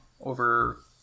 over